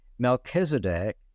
Melchizedek